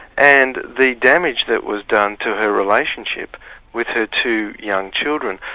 and the damage that was done to her relationship with her two young children.